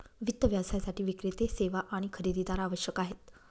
वित्त व्यवसायासाठी विक्रेते, सेवा आणि खरेदीदार आवश्यक आहेत